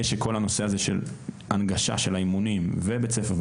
שכל הנושא הזה של הנגשה של האימונים ובית ספר,